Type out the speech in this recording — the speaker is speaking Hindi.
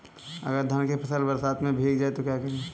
अगर धान की फसल बरसात में भीग जाए तो क्या करें?